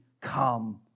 come